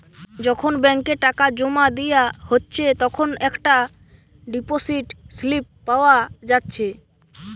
যখন ব্যাংকে টাকা জোমা দিয়া হচ্ছে তখন একটা ডিপোসিট স্লিপ পাওয়া যাচ্ছে